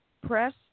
Press